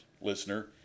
listener